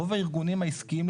רוב הארגונים העסקיים,